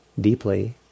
deeply